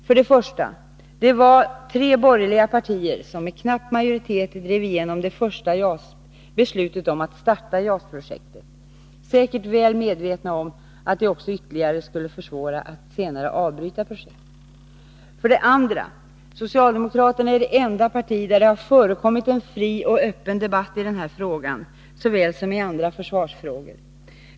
För det första: Det var tre borgerliga partier som med knapp majoritet drev igenom det första beslutet om att starta JAS-projektet, säkert väl medvetna om att det ytterligare skulle försvåra att senare avbryta projektet. För det andra: Socialdemokraterna är det enda parti där det har förekommit en fri och öppen debatt såväl i den här frågan som i andra försvarsfrågor.